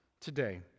today